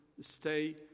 stay